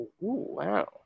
wow